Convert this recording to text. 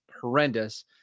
horrendous